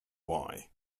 why